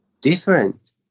different